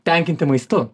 tenkinti maistu